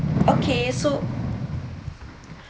okay so